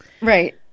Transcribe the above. Right